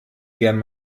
gern